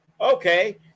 Okay